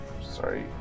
Sorry